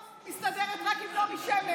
במה שקשור אליך אני מסתדרת רק עם נעמי שמר.